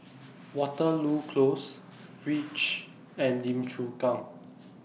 Waterloo Close REACH and Lim Chu Kang